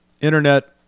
internet